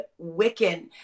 Wiccan